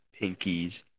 pinkies